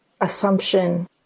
assumption